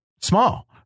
small